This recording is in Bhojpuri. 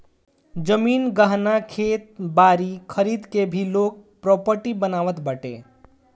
जमीन, गहना, खेत बारी खरीद के भी लोग प्रापर्टी बनावत बाटे